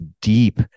deep